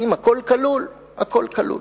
אם הכול כלול, הכול כלול.